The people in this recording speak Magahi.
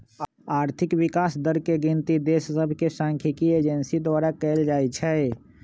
आर्थिक विकास दर के गिनति देश सभके सांख्यिकी एजेंसी द्वारा कएल जाइ छइ